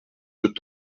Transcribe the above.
deux